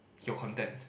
your content